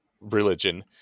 religion